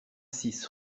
six